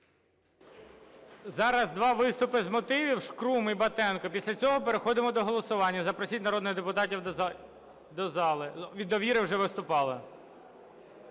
Зараз два виступи з мотивів, Шкрум і Батенко. Після цього переходимо до голосування. Запросіть народних депутатів до зали. Від "Довіри" вже виступали.